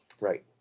Right